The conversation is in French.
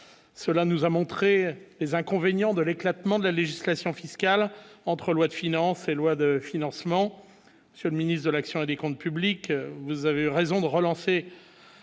cela nous a montré les inconvénients de l'éclatement de la législation fiscale entre loi de finances et loi de financement, monsieur le ministre de l'action et des Comptes publics, vous avez raison de relancer